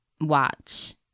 watch